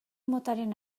motaren